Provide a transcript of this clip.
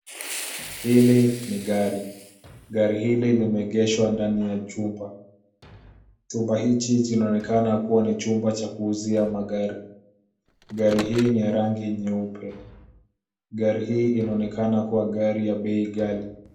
Hili ni gari. Gari hili limeegeshwa ndani ya chumba. Chumba hiki kinaonekana kuwa ni chumba cha kuuzia magari. Gari hii ni ya rangi nyeupe. Gari hii inaonekana kuwa gari ya bei ghali.